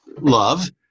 love